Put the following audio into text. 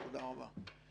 תודה רבה.